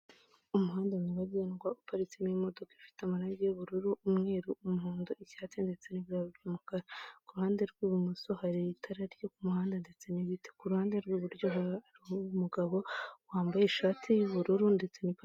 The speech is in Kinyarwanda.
Umuhanda nyabagendwa uparitsemo imodoka ifite amarange y'ubururu, umweru, umuhondo, icyatsi ndetse n'ibara ry'umukara. Ku ruhande rw'ibumoso hari itara ryo ku muhanda ndetse n'ibiti, ku ruhande rw'iburyo, hari umugabo wambaye ishati y'ubururu ndetse n'ipantaro.